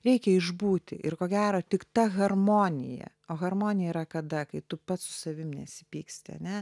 reikia išbūti ir ko gero tik ta harmonija harmonija yra kada kai tu pats su savim nesipyksti ane